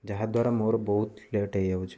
ଯାହାଦ୍ୱାରା ମୋର ବହୁତ ଲେଟ୍ ହେଇଯାଉଛି